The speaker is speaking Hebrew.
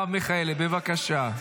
חברת הכנסת מרב מיכאלי, בבקשה.